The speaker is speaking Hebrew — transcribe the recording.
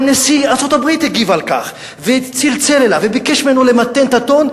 גם נשיא ארצות-הברית הגיב על כך וצלצל אליו וביקש ממנו למתן את הטון,